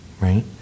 Right